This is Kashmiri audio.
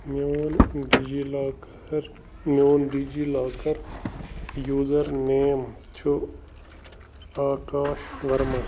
میٛون ڈی جی لاکر میٛون DigiLocker user name چھُ آکاش ورما